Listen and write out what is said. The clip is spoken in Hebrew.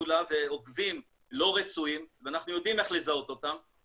לה ועוקבים לא רצויים ואנחנו יודעים איך לזהות אותם,